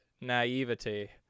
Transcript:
naivety